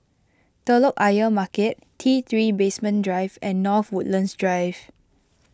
Telok Ayer Market T three Basement Drive and North Woodlands Drive